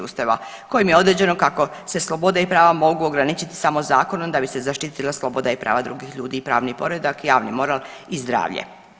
Ustava kojim je određeno kako se slobode i prava mogu ograničiti samo zakonom da bi se zaštitila sloboda i prava drugih ljudi i pravni poredak, javni moral i zdravlje.